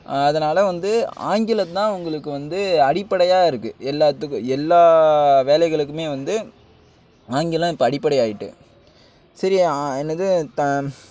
அதனால் வந்து ஆங்கிலம்தான் உங்களுக்கு வந்து அடிப்படையாக இருக்குது எல்லாத்துக்கும் எல்லா வேலைகளுக்குமே வந்து ஆங்கிலம் இப்போ அடிப்படையாக ஆயிட்டு சரி என்னது